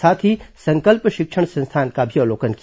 साथ ही संकल्प शिक्षण संस्थान का भी अवलोकन किया